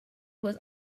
was